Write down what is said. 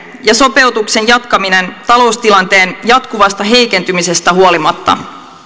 ja sopeutuksen jatkaminen taloustilanteen jatkuvasta heikentymisestä huolimatta